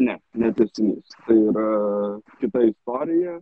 ne ne tęsinys ir kita istorija